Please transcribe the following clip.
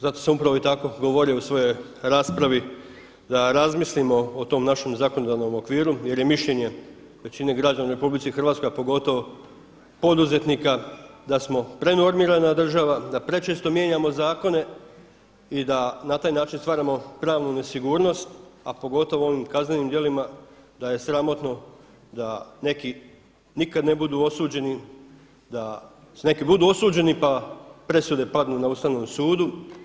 Zato sam upravo tak i govorio u svojoj raspravi da razmislimo o tom našem zakonodavnom okviru jer je mišljenje većine građana u RH, a pogotovo poduzetnika da smo prenormirana država, da prečesto mijenjamo zakone i da na taj način stvaramo pravnu nesigurnost, a pogotovo u onim kaznenim djelima da je sramotno da neki nikada ne budu osuđeni, da neki budu osuđeni pa presude padnu na Ustavnom sudu.